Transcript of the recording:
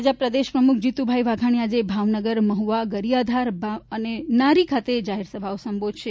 ભાજપ પ્રદે પ્રમુખ જીતુભાઈ વાઘાણી આજે ભાવનગર મહુવા ગારીયાધાર ભાવનગર અને નારી ખાત જાહેરસભા સંબોધશે